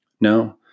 No